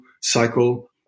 cycle